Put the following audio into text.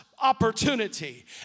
opportunity